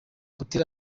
butera